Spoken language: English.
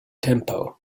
tempo